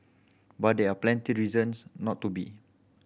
but there are plenty reasons not to be